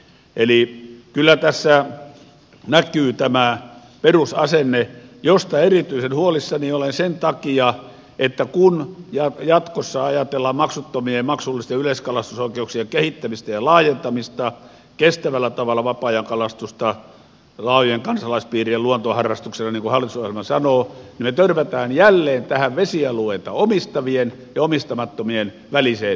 eli kyllä tässä näkyy tämä perusasenne josta erityisen huolissani olen sen takia että kun jatkossa ajatellaan maksuttomien ja maksullisten yleiskalastusoikeuksien kehittämistä ja laajentamista kestävällä tavalla vapaa ajan kalastusta laajojen kansalaispiirien luontoharrastuksena niin kuin hallitusohjelma sanoo niin me törmäämme jälleen tähän vesialueita omistavien ja omistamattomien väliseen jännitteeseen